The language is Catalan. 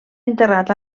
enterrat